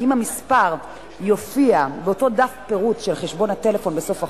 כי אם המספר יופיע באותו דף פירוט של חשבון הטלפון בסוף החודש,